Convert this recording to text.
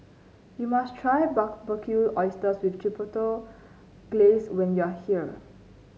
you must try Barbecued Oysters with Chipotle Glaze when you are here